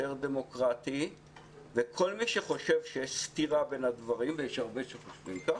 יותר דמוקרטי וכל מי שחושב שיש סתירה בין הדברים ויש הרבה שחושבים כך,